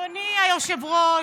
אדוני היושב-ראש,